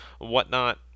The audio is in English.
whatnot